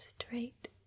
straight